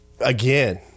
again